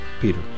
Peter